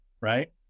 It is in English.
right